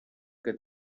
que